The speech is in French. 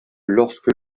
lorsque